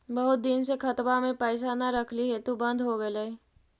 बहुत दिन से खतबा में पैसा न रखली हेतू बन्द हो गेलैय?